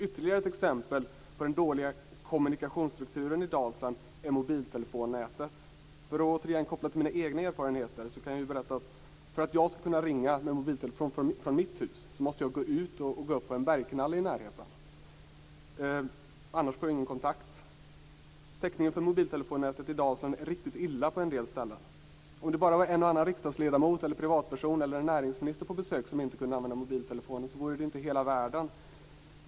Ytterligare ett exempel på den dåliga kommunikationsstrukturen i Dalsland är mobiltelefonnätet. För att återigen koppla till mina egna erfarenheter kan jag berätta att för att jag skall kunna ringa med mobiltelefon från mitt hem måste jag gå ut och gå upp på en bergknalle i närheten, annars får jag ingen kontakt. Täckningen för mobiltelefonnätet i Dalsland är riktigt dålig på en del ställen. Om det bara var en och annan riksdagsledamot eller privatperson eller en näringsminister på besök som inte kunde använda mobiltelefonen så vore det inte hela världen.